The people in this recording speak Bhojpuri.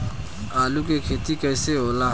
आलू के खेती कैसे होला?